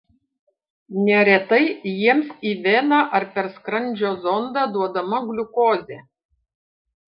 neretai jiems į veną ar per skrandžio zondą duodama gliukozė